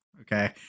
okay